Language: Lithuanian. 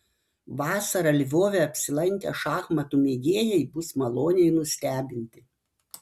vasarą lvove apsilankę šachmatų mėgėjai bus maloniai nustebinti